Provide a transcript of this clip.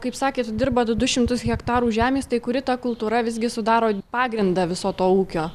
kaip sakėt dirbat du šimtus hektarų žemės tai kuri ta kultūra visgi sudaro pagrindą viso to ūkio